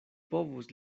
povus